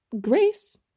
Grace